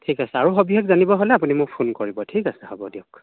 ঠিক আছে আৰু সবিশেষ জানিব হ'লে আপুনি মোক ফোন কৰিব ঠিক আছে দিয়ক